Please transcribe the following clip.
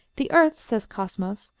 the earth, says cosmos,